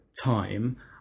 time